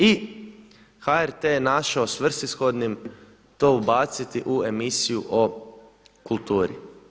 I HRT je našao svrsishodnim to ubaciti u emisiju o kulturi.